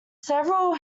several